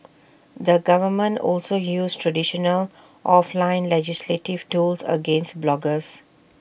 the government also used traditional offline legislative tools against bloggers